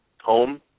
home